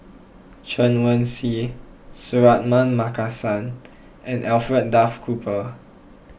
Chen Wen Hsi Suratman Markasan and Alfred Duff Cooper